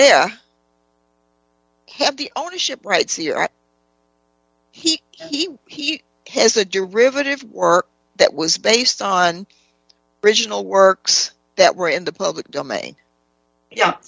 perea have the ownership rights here at he he he has a derivative work that was based on original works that were in the public domain yeah